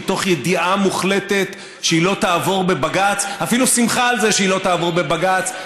מתוך ידיעה מוחלטת שהיא לא תעבור בבג"ץ,